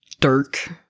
dirk